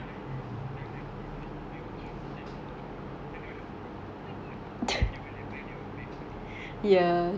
you know like you tell them eh plastic bags cost fifty cent now ah they they'll be like oh my god oh my god then they will like buy their own bags one confirm